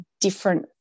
different